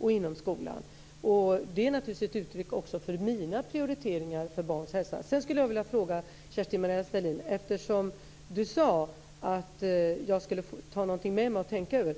och skolan. Det är naturligtvis också ett uttryck för mina prioriteringar vad gäller barns hälsa. Kerstin-Maria Stalin sade att jag skulle ta med mig något att tänka över.